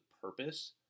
purpose